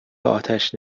آتش